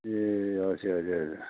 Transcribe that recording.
ए अच्छा अच्छा अच्छा